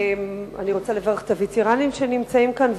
אני רוצה לברך את הווטרנים שנמצאים כאן,